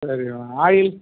சரிங்கம்மா ஆயில்